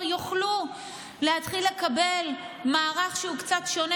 יוכלו להתחיל לקבל מערך שהוא קצת שונה,